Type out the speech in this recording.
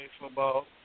football